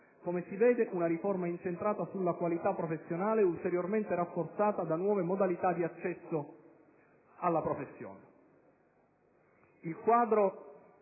Come si vede, è una riforma incentrata sulla qualità professionale ulteriormente rafforzata da nuove modalità di accesso alla professione.